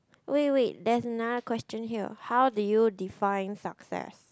wait wait there's another question here how do you define success